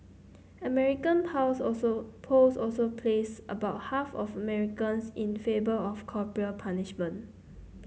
American pause also polls also placed about half of Americans in of corporal punishment